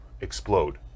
explode